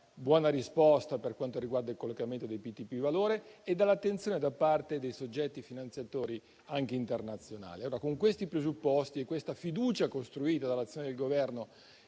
buona risposta per quanto riguarda il collocamento dei BTP valore e nell'attenzione da parte dei soggetti finanziatori, anche internazionali. Con questi presupposti e con questa fiducia costruita grazie all'azione del Governo